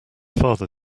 father